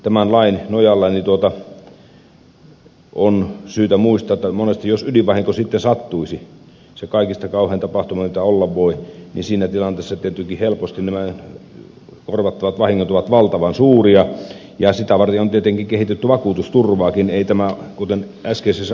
tämän lain nojalla on syytä muistaa että monesti jos ydinvahinko sitten sattuisi se kaikista kauhein tapahtuma mitä olla voi niin siinä tilanteessa tietenkin helposti korvattavat vahingot ovat valtavan suuria ja sitä varten on tietenkin kehitetty vakuutusturvaakin